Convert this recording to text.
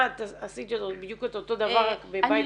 מה עשית בדיוק את אותו דבר רק במבנה חדש?